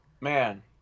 Man